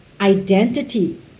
identity